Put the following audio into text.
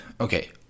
okay